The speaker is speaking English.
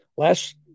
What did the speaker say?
Last